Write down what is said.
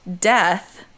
death